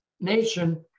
nation